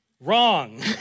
Wrong